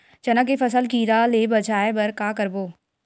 चना के फसल कीरा ले बचाय बर का करबो?